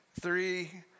three